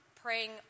praying